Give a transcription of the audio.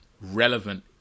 relevant